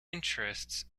interests